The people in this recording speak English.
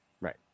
right